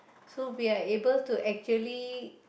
so we are able to actually